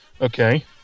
Okay